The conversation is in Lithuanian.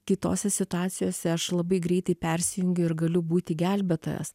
kitose situacijose aš labai greitai persijungiu ir galiu būti gelbėtojas